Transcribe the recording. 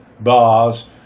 bars